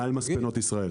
נמל מספנות ישראל.